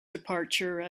departure